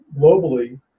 globally